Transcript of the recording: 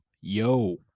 yo